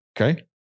Okay